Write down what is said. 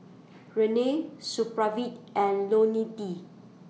Rene Supravit and Ionil T